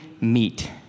meet